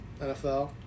NFL